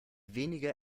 weniger